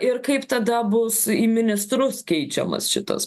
ir kaip tada bus į ministrus keičiamas šitas